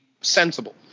sensible